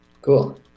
Cool